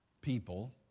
people